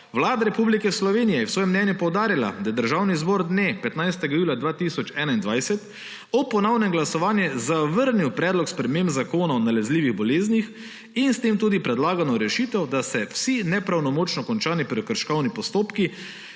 Vlada Republike Slovenije je v svojem mnenju poudarila, da je Državni zbor 15. julija 2021 ob ponovnem glasovanju zavrnil predlog sprememb Zakona o nalezljivih boleznih in s tem tudi predlagano rešitev, da se vsi nepravnomočno končani prekrškovni postopki